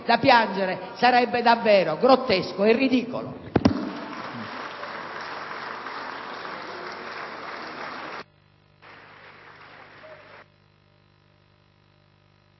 da piangere, sarebbe davvero grottesco e ridicolo.